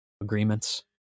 agreements